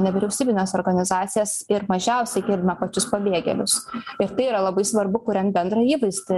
nevyriausybines organizacijas ir mažiausiai girdime pačius pabėgėlius ir tai yra labai svarbu kuriant bendrą įvaizdį